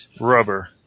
rubber